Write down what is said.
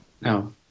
no